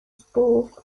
spoof